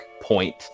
point